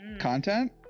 content